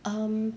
um